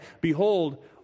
Behold